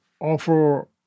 offer